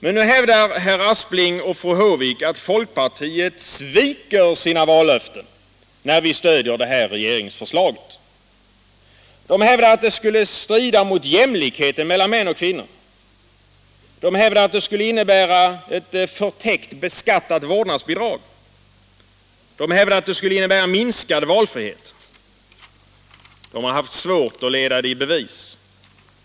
Men nu hävdar herr Aspling och fru Håvik att folkpartiet sviker sina vallöften när vi stöder det här regeringsförslaget. De hävdar att det skulle strida mot jämlikheten mellan män och kvinnor. De hävdar att det skulle innebära ett förtäckt beskattat vårdnadsbidrag. De hävdar att det skulle innebära minskad valfrihet. De har haft svårt att leda detta i bevis.